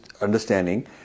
understanding